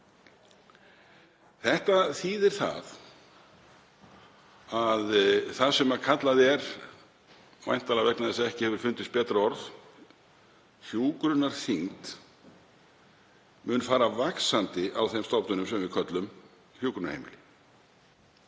Það þýðir að það sem kallað er, væntanlega vegna þess að ekki hefur fundist betra orð, hjúkrunarþyngd mun fara vaxandi á þeim stofnunum sem við köllum hjúkrunarheimili.